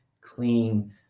clean